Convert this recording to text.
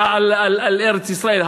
על ארץ-ישראל.